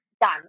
Done